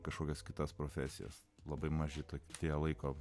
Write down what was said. kažkokias kitas profesijas labai maži tad tie laiko